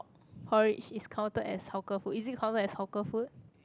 porridge is counted as hawker food is it counted as hawker food